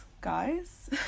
guys